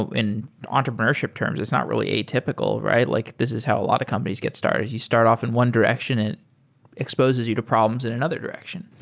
in entrepreneurship terms, it's not really atypical, right? like this is how a lot of companies get started. you start off in one direction and it exposes you to problems in another direction.